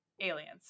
aliens